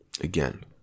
again